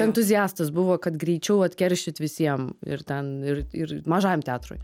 entuziastas buvo kad greičiau atkeršyt visiem ir ten ir ir mažajam teatrui